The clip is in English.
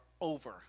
over